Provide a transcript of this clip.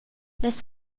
las